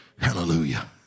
Hallelujah